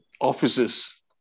offices